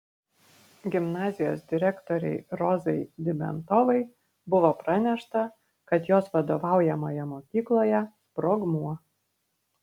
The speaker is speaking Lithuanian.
gimnazijos direktorei rozai dimentovai buvo pranešta kad jos vadovaujamoje mokykloje sprogmuo